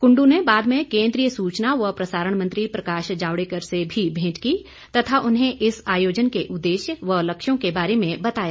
कुंडू ने बाद में केन्द्रीय सूचना व प्रसारण मंत्री प्रकाश जावड़ेकर से भी भेंट की तथा उन्हें इस आयोजन के उद्देश्य व लक्ष्यों के बारे में बताय